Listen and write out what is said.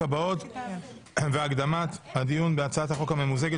הבאות והקדמת הדיון בהצעת החוק הממוזגת,